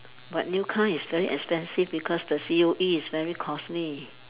but new car is very expansive because the C_O_E is very costly